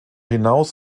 hinaus